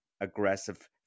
aggressive